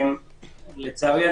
לצערי,